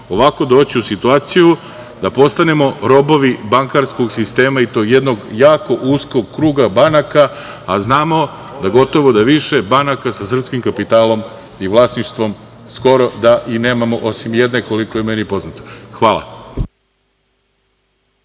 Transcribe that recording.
ovako doći u situaciju da postanemo robovi bankarskog sistema i to jednog jako uskog kruga banaka, a znamo da gotovo da više banaka sa srpskim kapitalom i vlasništvom skoro i da nemamo, osim jedne, koliko je meni poznato. Hvala.